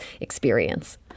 experience